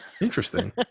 Interesting